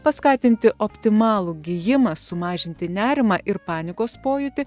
paskatinti optimalų gijimą sumažinti nerimą ir panikos pojūtį